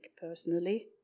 personally